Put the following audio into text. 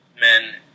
men